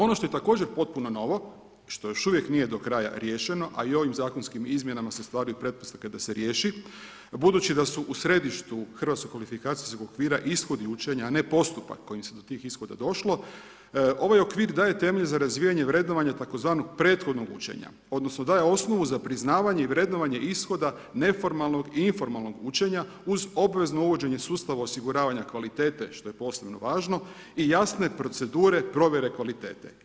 Ono što je također potpuno novo, što još uvijek nije do kraja riješeno, a i ovim zakonskim izmjenama se stvaraju pretpostavke da se riješi, budući da su u središtu Hrvatskog kvalifikacijskog okvira ishodi učenja, a ne postupak kojim se do tih ishoda došlo, ovaj okvir daje temelj za razvijanje vrednovanja tzv. prethodnog učenja, odnosno daje osnovu za priznavanje i vrednovanje ishoda neformalnog i informalnog učenja uz obvezno uvođenje sustava osiguravanja kvalitete što je posebno važno i jasne procedure provjere kvalitete.